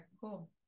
cool